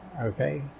Okay